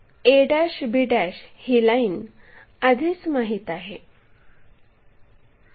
a b ही line आधीच माहित आहे